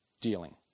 dealing